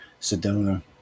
Sedona